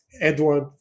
Edward